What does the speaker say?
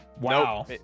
Wow